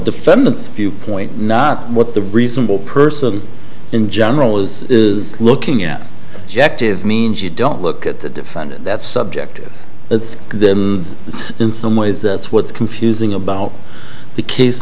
defendant's viewpoint not what the reasonable person in general is is looking at jack tive means you don't look at the defendant that's subjective it's in some ways that's what's confusing about the case